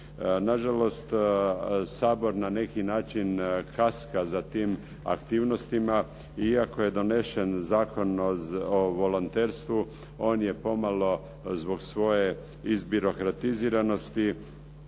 Na žalost Sabor na neki način kaska za tim aktivnostima, iako je donesen Zakon o volonterstvu, on je pomalo zbog svoje izbirokratiziranosti